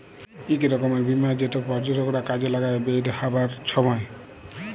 ইক রকমের বীমা যেট পর্যটকরা কাজে লাগায় বেইরহাবার ছময়